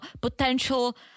potential